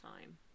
time